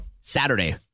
Saturday